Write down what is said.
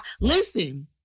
Listen